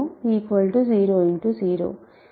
0